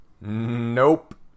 Nope